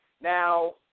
Now